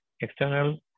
external